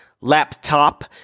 laptop